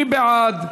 מי בעד?